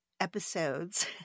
episodes